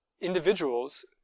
individuals